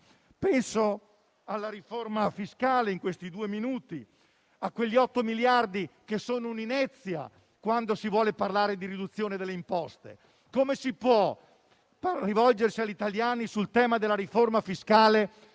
Penso alla riforma fiscale in questi due minuti, a quegli otto miliardi che sono un'inezia quando si vuole parlare di riduzione delle imposte. Come ci si può rivolgere agli italiani sul tema della riforma fiscale,